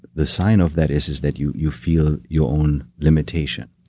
the sign of that is is that you you feel your own limitation.